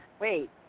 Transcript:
wait